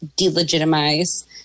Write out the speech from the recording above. delegitimize